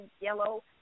yellow